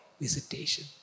visitation